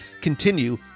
continue